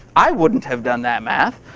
i wouldn't have done that math.